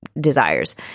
desires